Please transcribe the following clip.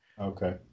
Okay